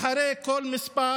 מאחורי כל מספר